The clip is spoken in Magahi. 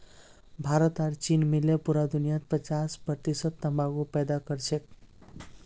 भारत और चीन मिले पूरा दुनियार पचास प्रतिशत तंबाकू पैदा करछेक